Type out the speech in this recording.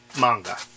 manga